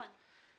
כן.